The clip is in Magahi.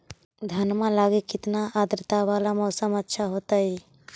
धनमा लगी केतना आद्रता वाला मौसम अच्छा होतई?